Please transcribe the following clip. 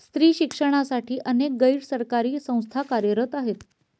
स्त्री शिक्षणासाठी अनेक गैर सरकारी संस्था कार्य करत आहेत